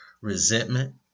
resentment